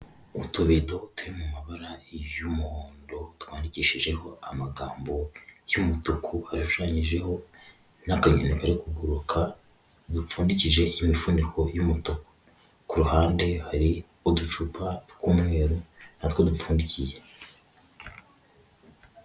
Utubido turi mu mabara y'umuhondo, twandikishijeho amagambo y'umutuku, hashushanyijeho n'akanyoni kari kuguruka, dupfundikije imifuniko y'umutuku, ku ruhande hari uducupa tw'umweru natwo dupfundikiye.